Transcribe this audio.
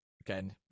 again